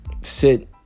sit